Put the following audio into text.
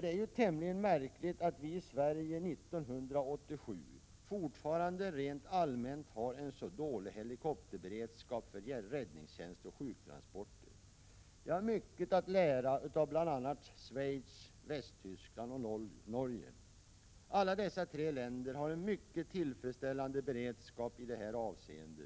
Det är ju tämligen märkligt att vi i Sverige 1987 fortfarande rent allmänt har en så dålig helikopterberedskap för räddningstjänst och sjuktransporter. Vi har mycket att lära av bl.a. Schweiz, Västtyskland och Norge. Alla dessa tre länder har en mycket tillfredsställande beredskap i detta avseende,